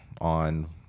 on